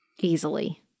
easily